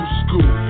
school